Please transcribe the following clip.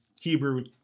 Hebrew